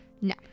No